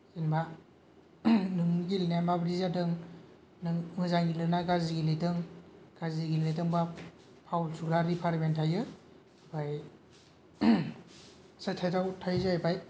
जेनबा नों गेलेनाया माबादि जादों नों मोजाङै गेलेदों ना गाज्रि गेलेदों गाज्रि गेलेदोंबा फावल थुग्रा रेफारिमेन थायो ओमफाय सायद सायदाव थायो जाहैबाय